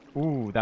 oh, that